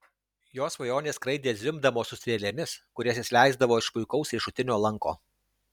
jo svajonės skraidė zvimbdamos su strėlėmis kurias jis leisdavo iš puikaus riešutinio lanko